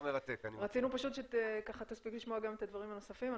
רצינו פשוט שתספיק לשמוע את הדברים הנוספים,